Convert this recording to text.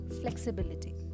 flexibility